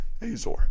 Azor